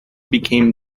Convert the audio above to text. became